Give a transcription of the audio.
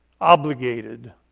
obligated